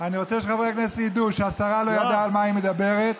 אני רוצה שחברי הכנסת ידעו שהשרה לא ידעה על מה היא מדברת.